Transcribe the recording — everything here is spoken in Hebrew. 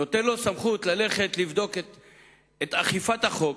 נותן לו סמכות ללכת לבדוק את אכיפת החוק,